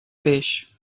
peix